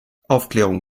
aufklärung